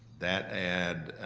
that ad,